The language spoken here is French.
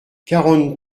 quarante